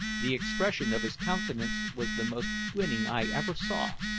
the expression of his countenance was the most winning i ever saw,